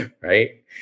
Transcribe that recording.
Right